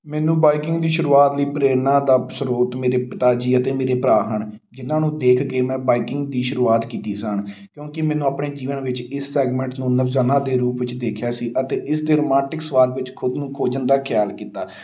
ਮੈਨੂੰ ਬਾਈਕਿੰਗ ਦੀ ਸ਼ੁਰੂਆਤ ਲਈ ਪ੍ਰੇਰਨਾ ਦਾ ਸਰੋਤ ਮੇਰੇ ਪਿਤਾ ਜੀ ਅਤੇ ਮੇਰੇ ਭਰਾ ਹਨ ਜਿਹਨਾਂ ਨੂੰ ਦੇਖ ਕੇ ਮੈਂ ਬਾਈਕਿੰਗ ਦੀ ਸ਼ੁਰੂਆਤ ਕੀਤੀ ਸਨ ਕਿਉਂਕਿ ਮੈਨੂੰ ਆਪਣੇ ਜੀਵਨ ਵਿੱਚ ਇਸ ਸੈਗਮੈਂਟ ਨੂੰ ਨਵਜਾਨਾ ਦੇ ਰੂਪ ਵਿੱਚ ਦੇਖਿਆ ਸੀ ਅਤੇ ਇਸ ਦੇ ਰੋਮਾਂਟਿਕ ਸਵਾਲ ਵਿੱਚ ਖੁਦ ਨੂੰ ਖੋਜਣ ਦਾ ਖਿਆਲ ਕੀਤਾ